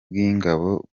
bw’ingabo